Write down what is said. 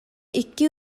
икки